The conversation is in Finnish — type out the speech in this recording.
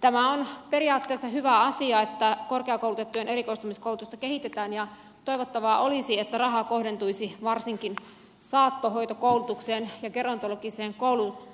tämä on periaatteessa hyvä asia että korkeakoulutettujen erikoistumiskoulutusta kehitetään ja toivottavaa olisi että raha kohdentuisi varsinkin saattohoitokoulutukseen ja gerontologiseen